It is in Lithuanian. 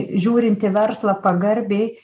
žiūrint į verslą pagarbiai